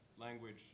language